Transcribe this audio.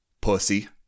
Pussy